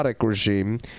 regime